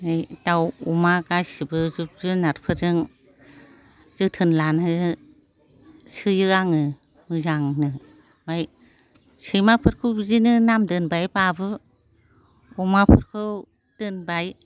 ओमफ्राय दाउ अमा गासैबो जिब जुनारफोरजों जोथोन लासोयो आङो मोजांनो ओमफ्राय सैमाफोरखौ बिदिनो नाम दोनबाय बाबु अमाफोरखौ दोनबाय